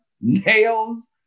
nails